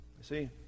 see